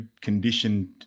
conditioned